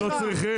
אתם לא צריכים.